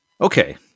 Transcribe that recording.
Okay